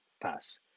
pass